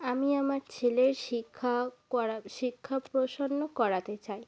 আমি আমার ছেলের শিক্ষা করা শিক্ষা প্রসন্ন করাতে চাই